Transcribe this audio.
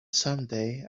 someday